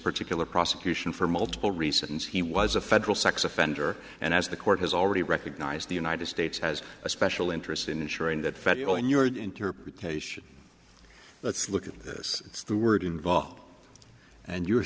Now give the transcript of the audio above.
particular prosecution for multiple reasons he was a federal sex offender and as the court has already recognized the united states has a special interest in ensuring that fed you and your interpretation let's look at this through word involved and you